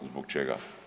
Zbog čega?